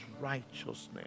righteousness